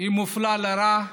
מופלית לרעה,